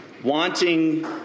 Wanting